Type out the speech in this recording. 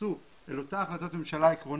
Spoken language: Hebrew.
יתייחסו אל אותה החלטת ממשלה עקרונית